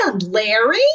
Larry